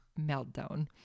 meltdown